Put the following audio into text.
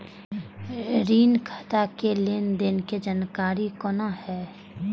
ऋण खाता के लेन देन के जानकारी कोना हैं?